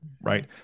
right